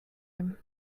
him